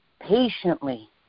patiently